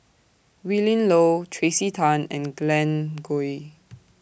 Willin Low Tracey Tan and Glen Goei